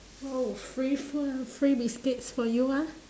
oh free foo~ free biscuits for you ah